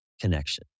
connection